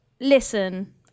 listen